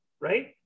right